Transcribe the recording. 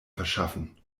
verschaffen